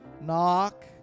Knock